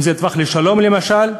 אם זה טווח לשלום, למשל,